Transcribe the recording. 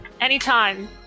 Anytime